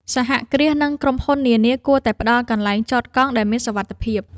សហគ្រាស និងក្រុមហ៊ុននានាគួរតែផ្ដល់កន្លែងចតកង់ដែលមានសុវត្ថិភាព។